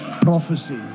prophecy